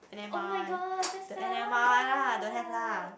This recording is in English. oh-my-god that sucks